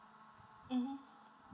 mmhmm